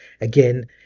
again